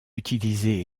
utilisée